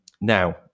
Now